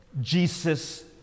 Jesus